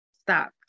stop